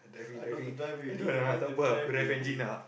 I don't want to drive already I don't want to drive already